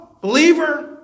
Believer